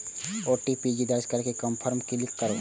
OTP दर्ज करै के कंफर्म पर क्लिक करू